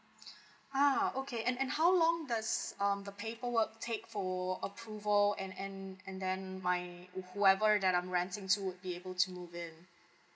ah okay and and how long does um the paperwork take for approval and and and then my whoever that I'm renting to would be able to move in